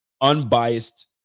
unbiased